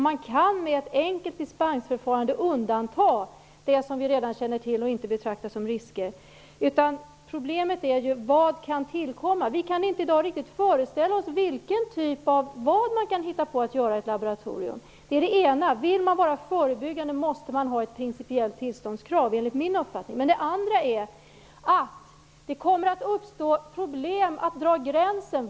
Man kan med ett enkelt dispensförfarande undanta det som vi redan känner till och inte betraktar som risker. Problemet är vad som kan tillkomma. Vi kan i dag inte riktigt föreställa oss vad man kan hitta på att göra i ett laboratorium. Det är det ena. Vill man vara förebyggande måste man enligt min uppfattning ha ett principiellt tillståndskrav. Det andra är att det kommer att uppstå problem att dra gränsen.